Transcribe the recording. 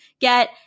get